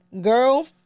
girl